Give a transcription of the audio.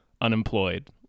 unemployed